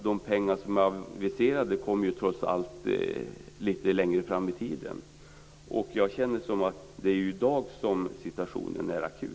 De pengar som är aviserade kommer trots allt lite längre fram i tiden, och det är ju i dag som situationen är akut.